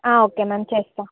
ఒకే ma'am చేస్తా